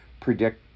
predict